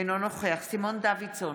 אינו נוכח סימון דוידסון,